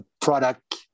product